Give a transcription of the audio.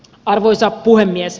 arvoisa puhemies